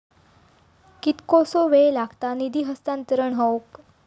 कितकोसो वेळ लागत निधी हस्तांतरण हौक?